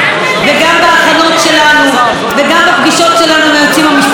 גם בהכנות שלנו וגם בפגישות שלנו עם היועצים המשפטיים.